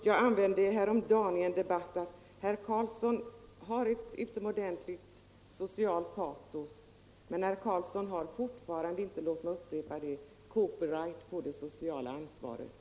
Jag sade häromdagen i en debatt att herr Carlsson har ett utomordentligt socialt patos, men herr Carlsson har fortfarande inte — låt mig upprepa det — copyright på det sociala ansvaret.